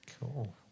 Cool